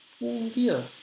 phobia